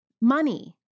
Money